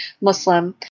Muslim